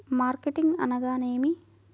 Marketing అనగానేమి?